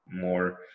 more